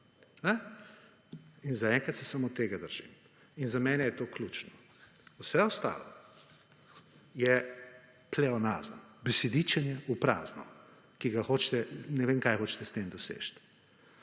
In za enkrat se samo tega držim. N za mene je to ključno. Vse ostalo je pleonazem, besedičenje v prazno, ki ga hočete, ne vem, kaj hočete s tem doseči.